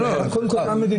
לא, לא כדאי.